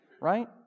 right